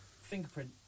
fingerprint